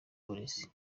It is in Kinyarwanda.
uburezi